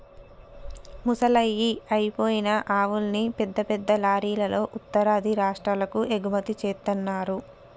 ముసలయ్యి అయిపోయిన ఆవుల్ని పెద్ద పెద్ద లారీలల్లో ఉత్తరాది రాష్టాలకు ఎగుమతి జేత్తన్నరు